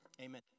Amen